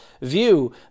view